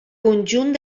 conjunt